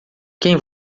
quem